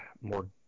more